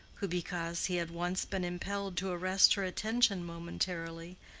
who, because he had once been impelled to arrest her attention momentarily,